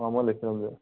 অ' মই লেখি